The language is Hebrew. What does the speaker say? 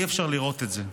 אי-אפשר לראות את זה.